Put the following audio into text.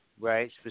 Right